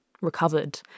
recovered